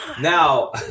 Now